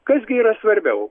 kas gi yra svarbiau